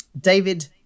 david